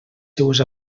seues